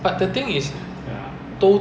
他们去去